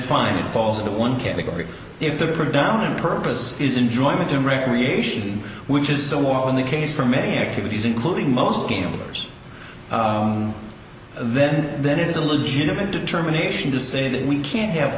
fine it falls into one category if the predominant purpose is enjoyment and recreation which is so often the case for many activities including most gamers then there is a legitimate determination to say that we can't have